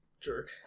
jerk